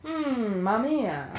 mm mummy ah